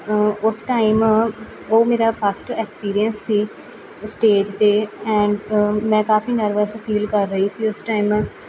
ਉਸ ਟਾਈਮ ਉਹ ਮੇਰਾ ਫਸਟ ਐਕਸਪੀਰੀਅਂਸ ਸੀ ਸਟੇਜ 'ਤੇ ਐਂਡ ਮੈਂ ਕਾਫ਼ੀ ਨਰਵਸ ਫੀਲ ਕਰ ਰਹੀ ਸੀ ਉਸ ਟਾਈਮ